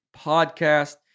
podcast